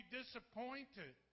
disappointed